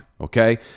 okay